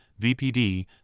VPD